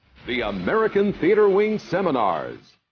the american theatre wing's seminars